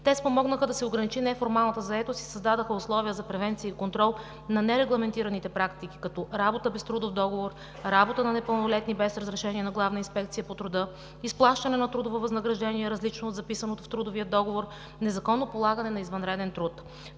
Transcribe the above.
Те спомогнаха да се ограничи неформалната заетост и създадоха условия за превенция и контрол на нерегламентираните практики, като: работа без трудов договор, работа на непълнолетни без разрешение на „Главна инспекция по труда“, изплащане на трудово възнаграждение, различно от записаното в трудовия договор, незаконно полагане на извънреден труд.